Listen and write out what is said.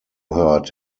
heard